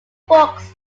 books